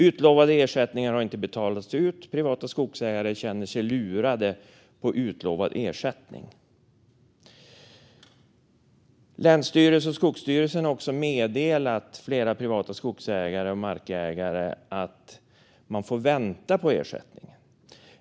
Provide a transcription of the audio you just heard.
Utlovade ersättningar har inte betalats ut, och privata skogsägare känner sig lurade på utlovad ersättning. Länsstyrelser och Skogsstyrelsen har också meddelat flera privata skogsägare och markägare att de får vänta på ersättning.